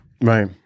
Right